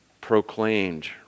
proclaimed